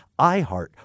iHeart